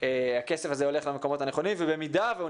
שהכסף הזה הולך למקומות הנכונים ובמידה והוא